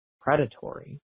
predatory